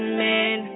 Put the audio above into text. man